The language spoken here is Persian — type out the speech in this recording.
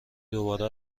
دوباره